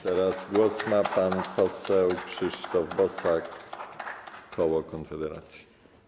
Teraz głos ma pan poseł Krzysztof Bosak, koło Konfederacji.